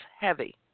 heavy